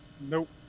nope